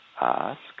ask